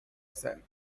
said